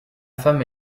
femme